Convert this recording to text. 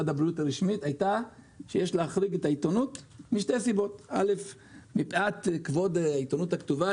הייתה שיש להחריג את העיתונות מפאת כבוד העיתונות הכתובה.